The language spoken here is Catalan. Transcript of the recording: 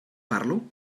parlo